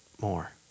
more